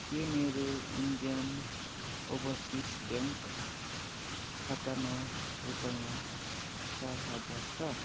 के मेरो Indian Overseas Bank खातामा रुपियाँ चार हजार छ